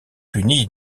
punis